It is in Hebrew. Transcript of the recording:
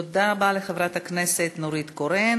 תודה רבה לחברת הכנסת נורית קורן.